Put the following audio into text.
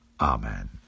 amen